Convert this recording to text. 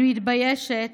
אני מתביישת